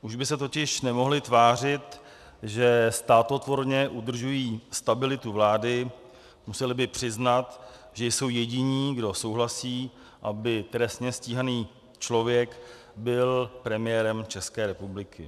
Už by se totiž nemohli tvářit, že státotvorně udržují stabilitu vlády, museli by přiznat, že jsou jediní, kdo souhlasí, aby trestně stíhaný člověk byl premiérem České republiky.